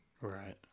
Right